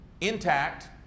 intact